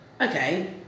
Okay